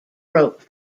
rope